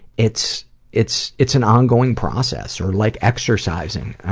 it's it's it's an ongoing process. or like exercising,